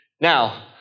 Now